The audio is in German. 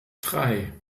drei